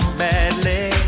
badly